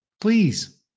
Please